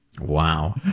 Wow